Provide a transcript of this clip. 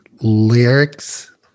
lyrics